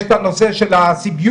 יש את הנושא של הסוביודיצה,